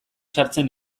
sartzen